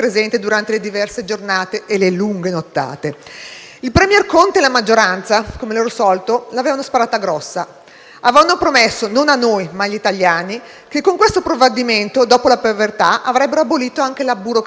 Il *premier* Conte e la maggioranza, come al loro solito, l'avevano sparata grossa. Avevano promesso - non a noi, ma agli italiani - che con questo provvedimento, dopo la povertà, avrebbero abolito anche la burocrazia.